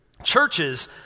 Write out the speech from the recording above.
Churches